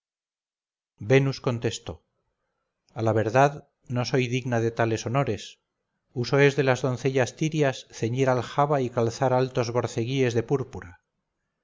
venus contestó a la verdad no soy digna de tales honores uso es de las doncellas tirias ceñir aljaba y calzar altos borceguíes de púrpura